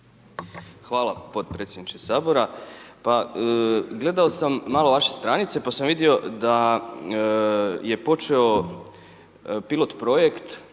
vam potpredsjedniče Sabora. Pa gledao sam malo vaše stranice pa sam vidio da je počeo pilot projekt